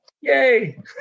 yay